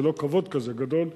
זה לא כבוד כזה גדול,